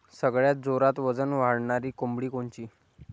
सगळ्यात जोरात वजन वाढणारी कोंबडी कोनची?